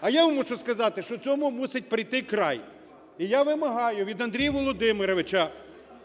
А я вам мушу сказати, що цьому мусить прийти край. І я вимагаю від Андрія Володимировича